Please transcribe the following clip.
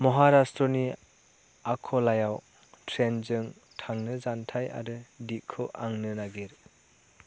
महारास्ट्र'नि आख'लायाव ट्रैनजों थांनो जानथाय आरो दिगखौ आंनो नागिर